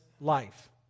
life